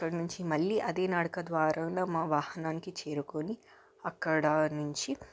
అక్కడనుంచి మళ్లీ అదే నడక ద్వారంలో మా వాహనానికి చేరుకొని అక్కడ నుంచి